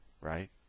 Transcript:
right